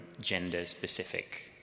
gender-specific